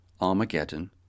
Armageddon